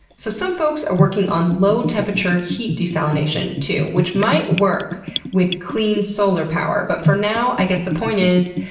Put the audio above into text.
so some folks are working on low temperature heat desalination too, which might work with clean solar power. but for now i guess the point is,